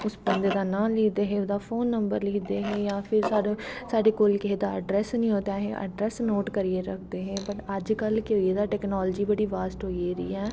उस बंदे नां नांऽ लिखदे हे जां फोन नंबर लिखदे हे साढ़े कोल कुसै बंदे दा ऐडरस नी होऐ ते असैं ऐडरस नोट करियै रक्खना पर अज्ज कल केह् होई गेदा ऐ क् टैकनॉलजी बड़ी बास्ट होई गेदी ऐ